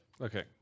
Okay